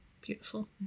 Beautiful